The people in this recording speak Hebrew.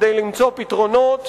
כדי למצוא פתרונות.